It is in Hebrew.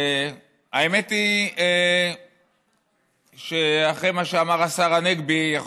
האמת היא שאחרי מה שאמר השר הנגבי יכול